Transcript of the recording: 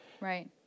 Right